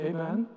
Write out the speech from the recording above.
Amen